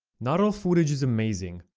not all footage is amazing.